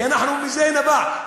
כי מזה נבע,